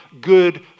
good